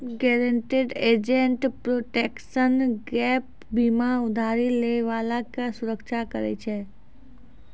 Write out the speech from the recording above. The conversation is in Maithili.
गारंटीड एसेट प्रोटेक्शन गैप बीमा उधारी लै बाला के सुरक्षा करै छै